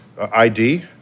ID